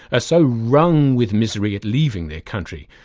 ah so wrung with misery at leaving their country,